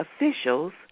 officials